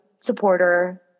supporter